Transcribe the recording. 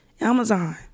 Amazon